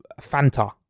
Fanta